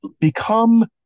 Become